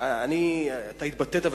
התבטאת,